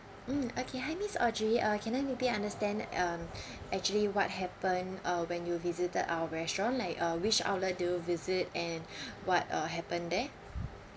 mm okay hi miss audrey uh can I maybe understand um actually what happened uh when you visited our restaurant like uh which outlet do you visit and what uh happened there